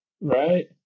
right